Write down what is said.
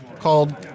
called